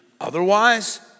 Otherwise